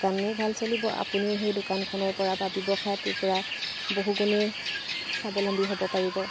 দোকানো ভাল চলিব আপুনিও সেই দোকানখনৰপৰা বা ব্যৱসায়টোৰপৰা বহু গুণেই স্বাৱলম্বী হ'ব পাৰিব